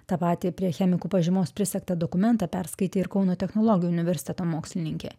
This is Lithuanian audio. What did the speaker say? tą patį prie chemikų pažymos prisegtą dokumentą perskaitė ir kauno technologijų universiteto mokslininkė